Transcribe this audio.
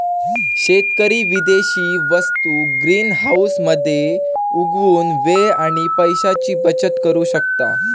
शेतकरी विदेशी वस्तु ग्रीनहाऊस मध्ये उगवुन वेळ आणि पैशाची बचत करु शकता